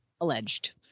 Alleged